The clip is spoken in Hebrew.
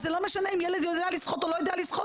לכן זה לא משנה אם ילד יודע לשחות או לא יודע לשחות